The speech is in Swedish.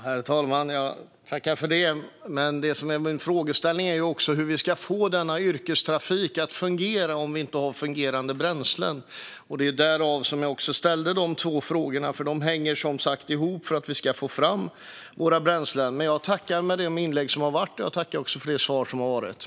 Herr talman! Det som är min frågeställning är hur vi ska få denna yrkestrafik att fungera om vi inte har fungerande bränslen, och det var därför jag ställde de två frågorna. De hänger som sagt ihop för att vi ska få fram våra bränslen. Men jag tackar för de inlägg som har gjorts och de svar som getts.